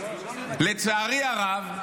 לצערי הרב,